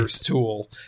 tool